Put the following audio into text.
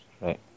Right